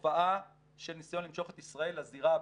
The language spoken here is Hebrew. ותופעה של ניסיון למשוך את מדינת ישראל לזירה הבינלאומית,